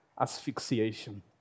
asphyxiation